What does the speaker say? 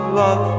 love